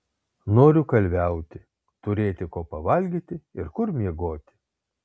noriu kalviauti turėti ko pavalgyti ir kur miegoti